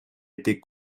été